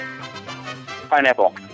Pineapple